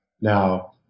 Now